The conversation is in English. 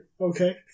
Okay